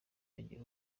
agira